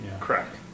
Correct